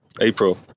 April